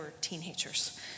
teenagers